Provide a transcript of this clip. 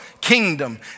kingdom